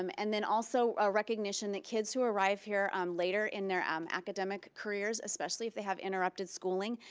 um and then also ah recognition that kids who arrive here um later in their um academic careers, especially if they have interrupted schooling,